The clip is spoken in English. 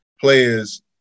players